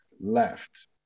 left